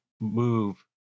move